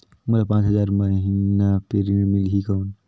मोला पांच हजार महीना पे ऋण मिलही कौन?